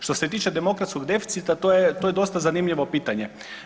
Što se tiče demokratskog deficita, to je dosta zanimljivo pitanje.